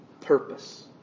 purpose